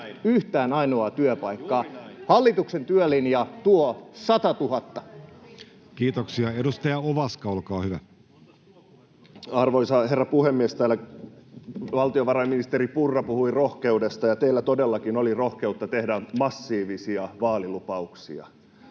yhtä ainoaa työpaikkaa. Hallituksen työlinja tuo 100 000. Kiitoksia. — Edustaja Ovaska, olkaa hyvä. Arvoisa herra puhemies! Täällä valtiovarainministeri Purra puhui rohkeudesta, ja teillä todellakin oli rohkeutta tehdä massiivisia vaalilupauksia.